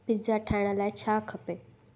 pizza ठाहिण लाइ छा खपे